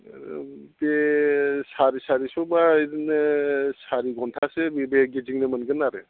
बे साराय सारिस'बा बिदिनो सारि घन्टासो बिदिनो गिदिंनो मोनगोन आरो